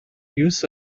use